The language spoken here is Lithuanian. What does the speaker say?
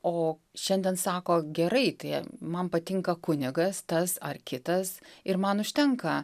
o šiandien sako gerai tai man patinka kunigas tas ar kitas ir man užtenka